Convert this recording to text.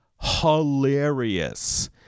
hilarious